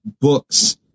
books